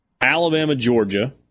Alabama-Georgia